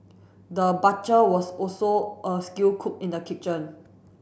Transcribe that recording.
the butcher was also a skill cook in the kitchen